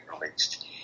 released